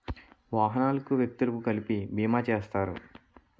వాహనాలకు వ్యక్తులకు కలిపి బీమా చేస్తారు